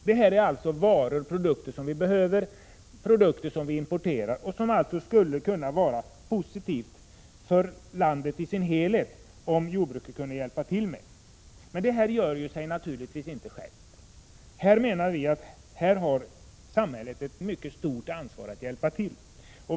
Detta är varor som behövs och som nu importeras. Det skulle kunna vara positivt för landet i dess helhet om jordbruket hjälpte till med att framställa dem. Det går dock inte av sig självt, utan samhället har ett mycket stort ansvar för att hjälpa till.